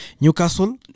Newcastle